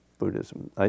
Buddhism